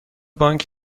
بانک